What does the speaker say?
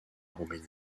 roumanie